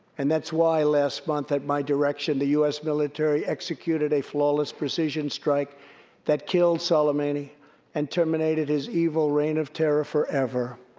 and that's why, last month, at my direction, the u s. military executed a flawless precision strike that killed soleimani and terminated his evil reign of terror forever.